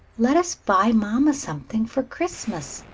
let us buy mamma something for christmas,